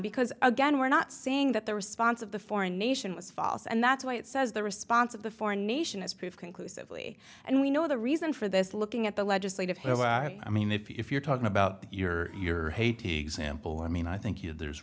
because again we're not saying that the response of the foreign nation was false and that's why it says the response of the foreign nation has proved conclusively and we know the reason for this looking at the legislative level i mean if you're talking about your haiti example i mean i think you there's